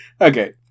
Okay